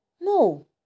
no